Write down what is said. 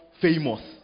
famous